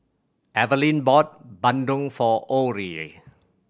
Evaline bought bandung for Orie